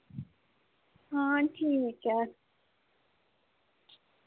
आं ठीक ऐ